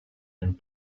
and